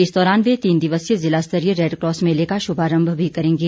इस दौरान वे तीन दिवसीय जिला स्तरीय रेडक्रॉस मेले का शुभारंभ भी करेंगे